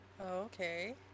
Okay